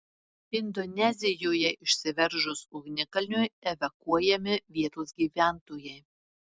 indonezijoje išsiveržus ugnikalniui evakuojami vietos gyventojai